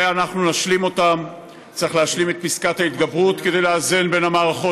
ואנחנו נשלים אותן: צריך להשלים את פסקת ההתגברות כדי לאזן בין המערכות,